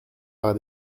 par